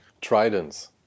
Tridents